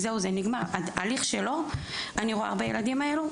אני רואה הרבה ילדים היום,